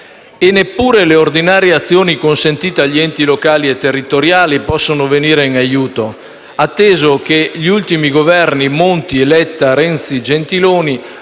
Neppure le ordinarie azioni consentite agli enti locali e territoriali possono venire in aiuto, atteso che gli ultimi Governi Monti, Letta, Renzi e Gentiloni